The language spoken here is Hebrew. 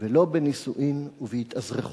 ולא בנישואים ובהתאזרחות.